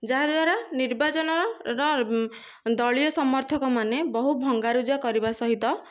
ଯାହାଦ୍ୱାରା ନିର୍ବାଚନ ର ଦଳୀୟ ସମର୍ଥକ ମାନେ ବହୁ ଭଙ୍ଗାରୁଜା କରିବା ସହିତ